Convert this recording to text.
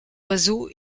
oiseau